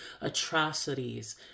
atrocities